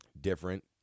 different